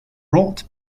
brought